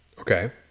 okay